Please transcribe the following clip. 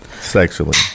sexually